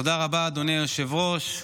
תודה רבה, אדוני היושב-ראש.